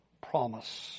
promise